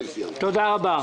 תודה רבה.